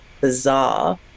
bizarre